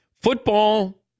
Football